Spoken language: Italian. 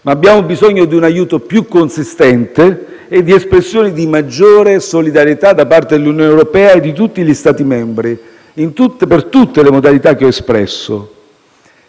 Ma abbiamo bisogno di un aiuto più consistente e di espressioni di maggiore solidarietà da parte dell'Unione europea e di tutti gli Stati membri, per tutte le modalità che ho espresso.